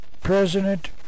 President